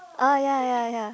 oh ya ya ya